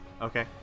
Okay